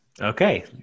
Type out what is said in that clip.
okay